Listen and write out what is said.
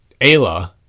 Ayla